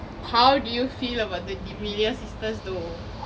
how do you feel about the d'amelio sisters though